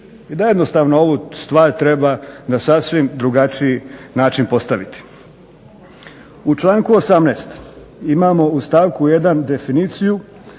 I da jednostavno ovu stvar treba na sasvim drugačiji način postaviti. U članku 18. imamo u stavku 1. definiciju